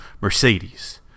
Mercedes